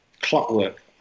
clockwork